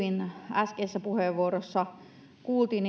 äskeisessä puheenvuorossa kuultiin